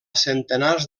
centenars